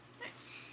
Nice